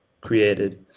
created